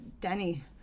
Danny